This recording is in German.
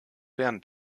während